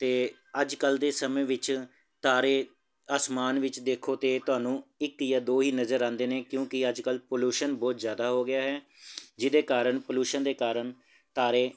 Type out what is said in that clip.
ਅਤੇ ਅੱਜ ਕੱਲ੍ਹ ਦੇ ਸਮੇਂ ਵਿੱਚ ਤਾਰੇ ਅਸਮਾਨ ਵਿੱਚ ਦੇਖੋ ਤਾਂ ਤੁਹਾਨੂੰ ਇੱਕ ਜਾਂ ਦੋ ਹੀ ਨਜ਼ਰ ਆਉਂਦੇ ਨੇ ਕਿਉਂਕਿ ਅੱਜ ਕੱਲ ਪੋਲਿਊਸ਼ਨ ਬਹੁਤ ਜ਼ਿਆਦਾ ਹੋ ਗਿਆ ਹੈ ਜਿਹਦੇ ਕਾਰਨ ਪੋਲਿਊਸ਼ਨ ਦੇ ਕਾਰਨ ਤਾਰੇ